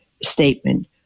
statement